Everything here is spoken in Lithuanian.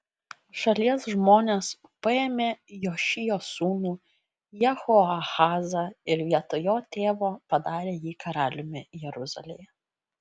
šalies žmonės paėmė jošijo sūnų jehoahazą ir vietoj jo tėvo padarė jį karaliumi jeruzalėje